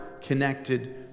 connected